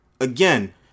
Again